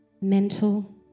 mental